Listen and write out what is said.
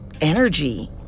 energy